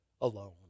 alone